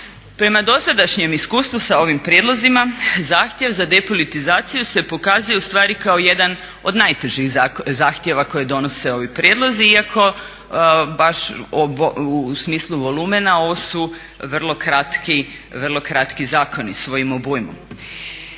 Prema dosadašnjem iskustvu sa ovim prijedlozima zahtjev za depolitizaciju se pokazuje ustvari kao jedan od najtežih zahtjeva koje donose ovi prijedlozi iako baš u smislu volumena ovu su vrlo kratki zakoni svojim obujmom.